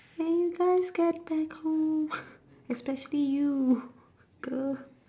can you guys get back home especially you girl